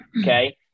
okay